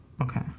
Okay